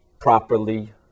properly